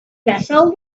vessel